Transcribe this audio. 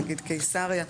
נגיד קיסריה,